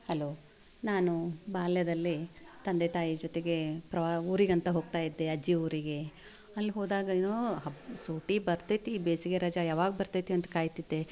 hello ನಾನು ಬಾಲ್ಯದಲ್ಲಿ ತಂದೆ ತಾಯಿ ಜೊತೆಗೆ ಪ್ರವಾ ಊರಿಗೆ ಅಂತ ಹೋಗ್ತಾ ಇದ್ದೆ ಅಜ್ಜಿ ಊರಿಗೆ ಅಲ್ಲಿ ಹೋದಾಗ ಏನೋ ಹಬ್ಬ ಸೂಟಿ ಬರ್ತೈತಿ ಬೇಸಿಗೆ ರಜಾ ಯಾವಾಗ ಬರ್ತೈತಿ ಅಂತ ಕಾಯ್ತಿದ್ದೆ